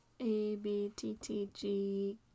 abttg